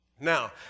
Now